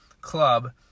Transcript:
club